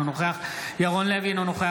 אינו נוכח ירון לוי,